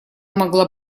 могла